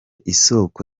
isoko